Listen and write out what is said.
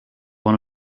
one